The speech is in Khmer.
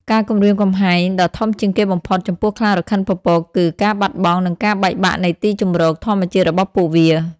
ការគំរាមកំហែងដ៏ធំជាងគេបំផុតចំពោះខ្លារខិនពពក គឺ ការបាត់បង់ និងការបែកបាក់នៃទីជម្រក ធម្មជាតិរបស់ពួកវា។